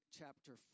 chapter